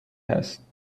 هست